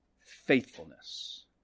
Faithfulness